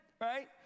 right